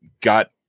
got